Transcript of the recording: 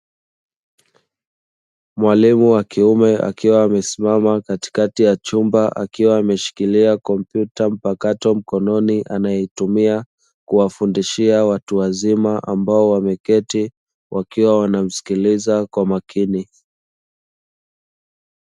Mwalimu wa kiume akiwa amesimama katikati ya chumba akiwa ameshikilia kompyuta mpakato mkononi anayetumia kuwafundishia watu wazima ambao wameketi wakiwa wanamsikiliza kwa makini.